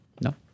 No